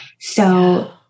So-